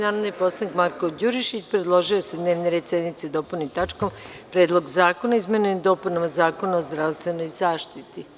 Narodni poslanik Marko Đurišić predložio je da se dnevni red sednice dopuni tačkom Predlog zakona o izmenama i dopunama Zakona o zdravstvenoj zaštiti.